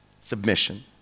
submission